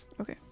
Okay